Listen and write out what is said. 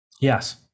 Yes